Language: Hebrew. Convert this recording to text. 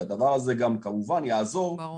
הדבר הזה גם, כמובן, יעזור --- ברור.